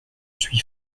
suis